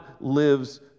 lives